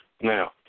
Now